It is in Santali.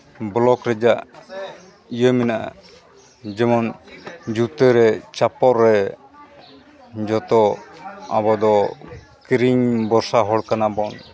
ᱵᱞᱚᱠ ᱨᱮᱭᱟᱜ ᱤᱭᱟᱹ ᱢᱮᱱᱟᱜᱼᱟ ᱡᱮᱢᱚᱱ ᱡᱩᱛᱟᱹᱨᱮ ᱪᱟᱯᱚᱞ ᱨᱮ ᱡᱚᱛᱚ ᱟᱵᱚ ᱫᱚ ᱠᱤᱨᱤᱧ ᱵᱷᱚᱨᱥᱟ ᱦᱚᱲ ᱠᱟᱱᱟ ᱵᱚᱱ